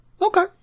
Okay